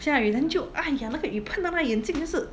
下雨 then 就 !aiya! 那个雨喷到那个眼镜就是